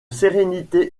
sérénité